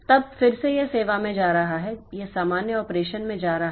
तब फिर से यह सेवा में जा रहा है यह सामान्य ऑपरेशन में जा रहा है